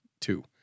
two